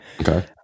Okay